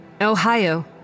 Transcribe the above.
Ohio